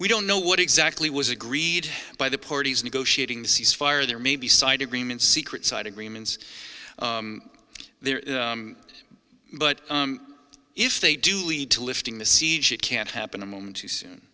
we don't know what exactly was agreed by the parties negotiating the ceasefire there may be side agreements secret side agreements there but if they do lead to lifting the siege it can't happen a moment too soon